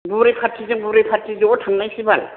बुरै फार्टिजों बुरै पार्टि ज' थांनोसै बाल